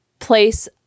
place